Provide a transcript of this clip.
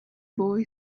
boy